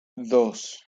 dos